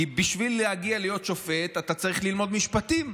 כי בשביל להגיע להיות שופט אתה צריך ללמוד משפטים,